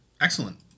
Excellent